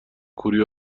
کوری